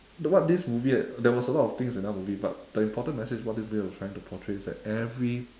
the what this movie had there was a lot of things in that movie but the important message what this movie was trying to portray is that every